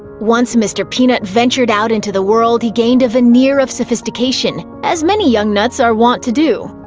once mr. peanut ventured out into the world, he gained a veneer of sophistication, as many young nuts are wont to do.